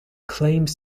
claims